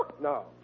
No